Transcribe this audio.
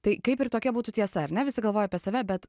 tai kaip ir tokia būtų tiesa ar ne visi galvoja apie save bet